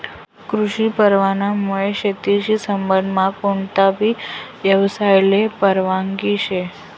कृषी परवानामुये शेतीशी संबंधमा कोणताबी यवसायले परवानगी शे